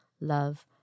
love